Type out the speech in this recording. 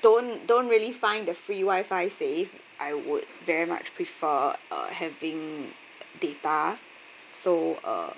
don't don't really find the free wi-fi safe I would very much prefer uh having data so uh